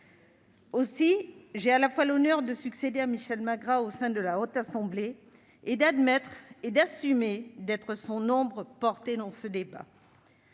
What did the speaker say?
Aussi, j'ai l'honneur à la fois de succéder à Michel Magras au sein de la Haute Assemblée, et d'admettre et d'assumer d'être son ombre portée dans ce débat.